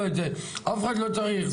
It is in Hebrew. אף אחד לא צריך,